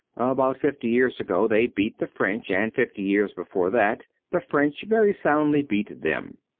about fifty years ago they beat the french and fifty years before that the french very soundly beat them.